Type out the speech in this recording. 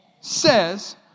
says